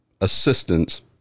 assistance